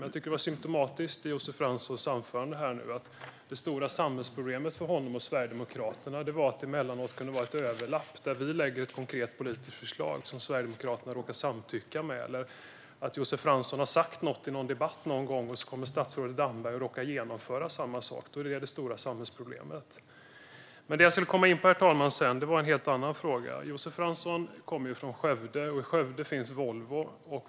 Jag tycker att det som Josef Fransson sa var symtomatiskt, nämligen att det stora samhällsproblemet för honom och Sverigedemokraterna är att det emellanåt kunde vara en överlappning när vi lägger fram ett konkret politiskt förslag som Sverigedemokraterna råkar hålla med om, eller att Josef Fransson har sagt något i en debatt någon gång som statsrådet Damberg sedan råkar genomföra och att detta då är det stora samhällsproblemet. Herr talman! Det som jag vill komma in på är en helt annan fråga. Josef Fransson kommer från Skövde, och i Skövde finns Volvo.